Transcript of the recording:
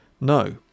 No